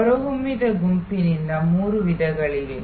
ಹೊರಹೊಮ್ಮಿದ ಗುಂಪಿನಿಂದ ಮೂರು ವಿಧಗಳಿವೆ